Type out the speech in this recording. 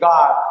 God